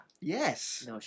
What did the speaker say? Yes